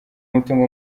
umutungo